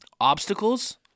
Obstacles